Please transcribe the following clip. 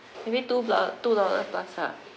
maybe two uh two dollar plus lah